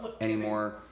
Anymore